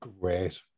Great